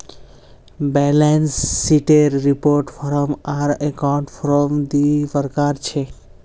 balance शीटेर report form आर account form दी प्रकार छिके